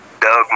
Doug